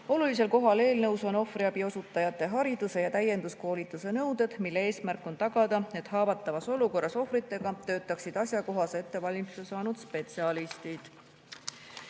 Olulisel kohal eelnõus on ohvriabi osutajate hariduse ja täienduskoolituse nõuded, mille eesmärk on tagada, et haavatavas olukorras ohvritega töötaksid asjakohase ettevalmistuse saanud spetsialistid. Seega